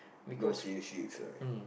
no clear shits